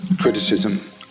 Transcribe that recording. criticism